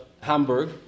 Hamburg